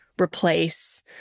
replace